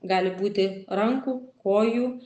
gali būti rankų kojų